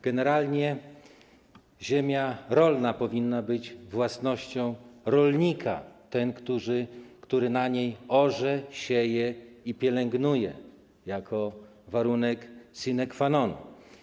Generalnie ziemia rolna powinna być własnością rolnika - ten, który na niej orze, sieje i pielęgnuje, jako warunek sine qua non.